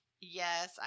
Yes